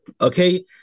okay